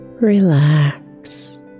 relax